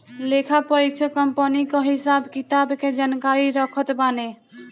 लेखापरीक्षक कंपनी कअ हिसाब किताब के जानकारी रखत बाने